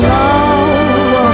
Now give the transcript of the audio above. love